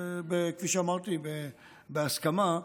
כפי שאמרתי, בהסכמה,